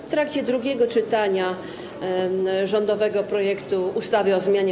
W trakcie drugiego czytania rządowego projektu ustawy o zmianie